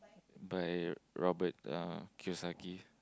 by Robert uh Kiyosaki